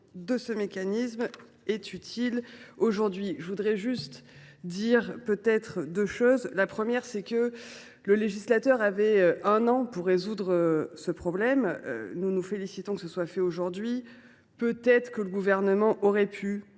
de ce mécanisme est utile aujourd’hui. Je veux simplement dire deux choses. La première est que le législateur avait un an pour résoudre ce problème. Nous nous félicitons que ce soit fait aujourd’hui, mais peut être le Gouvernement aurait il